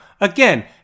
again